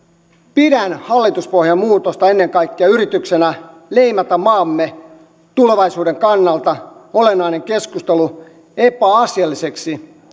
pidän hallituspohjan muutosta ennen kaikkea yrityksenä leimata maamme tulevaisuuden kannalta olennainen keskustelu epäasialliseksi